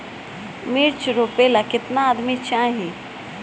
मिर्च रोपेला केतना आदमी चाही?